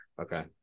Okay